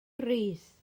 rees